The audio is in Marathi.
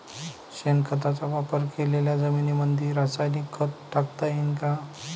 शेणखताचा वापर केलेल्या जमीनीमंदी रासायनिक खत टाकता येईन का?